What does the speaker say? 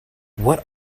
what